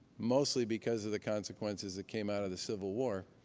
mostly because of the consequences that came out of the civil war